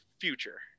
future